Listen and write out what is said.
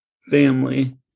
family